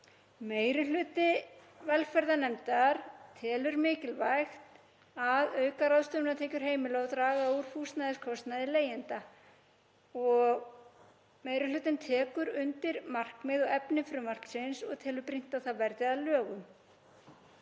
Meiri hluti velferðarnefndar telur mikilvægt að auka ráðstöfunartekjur heimila og draga úr húsnæðiskostnaði leigjenda. Meiri hlutinn tekur undir markmið og efni frumvarpsins og telur brýnt að það verði að lögum.